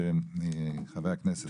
לחבר הכנסת מאיר כהן.